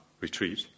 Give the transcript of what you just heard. retreat